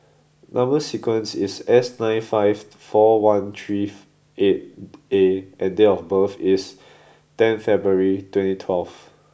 number sequence is S nine two five four one three eight A and date of birth is ten February twenty twelve